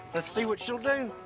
let's see what she'll do.